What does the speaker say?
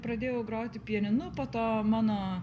pradėjau groti pianinu po to mano